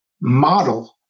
model